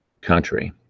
country